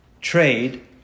trade